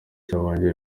cyabaye